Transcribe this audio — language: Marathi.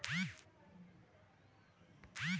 सर म्हणाले की, मालमत्ता कर हा थेट कराचा एक प्रकार आहे